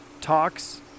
talks